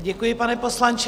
Děkuji, pane poslanče.